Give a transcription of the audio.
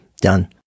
Done